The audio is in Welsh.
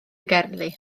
gerddi